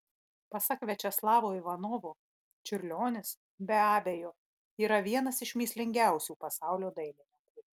pasak viačeslavo ivanovo čiurlionis be abejo yra vienas iš mįslingiausių pasaulio dailininkų